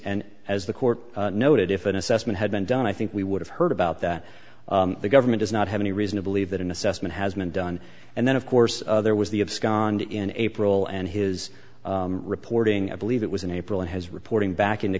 and as the court noted if an assessment had been done i think we would have heard about that the government does not have any reason to believe that an assessment has been done and then of course there was the of scotland in april and his reporting i believe it was in april and his reporting back into